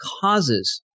causes